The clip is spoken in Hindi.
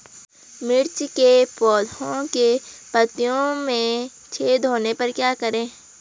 मिर्ची के पौधों के पत्तियों में छेद होने पर क्या करें?